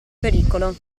pericolo